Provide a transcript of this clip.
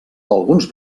alguns